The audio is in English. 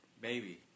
Baby